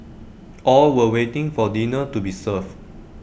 all were waiting for dinner to be served